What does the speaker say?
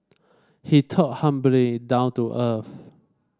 he talked humbly down to earth